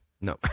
No